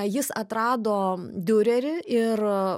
jis atrado diurerį ir